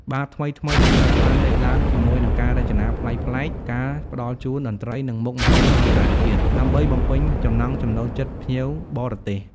បារថ្មីៗជាច្រើនបានលេចឡើង ជាមួយនឹងការរចនាប្លែកៗ ការផ្ដល់ជូន តន្ត្រី និងមុខម្ហូបអន្តរជាតិ ដើម្បីបំពេញចំណង់ចំណូលចិត្តភ្ញៀវបរទេស។